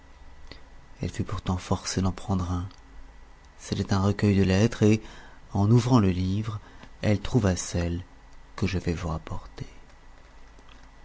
elle fut pourtant forcée d'en prendre un c'était un recueil de lettres et en ouvrant le livre elle trouva celle que je vais vous rapporter